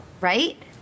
Right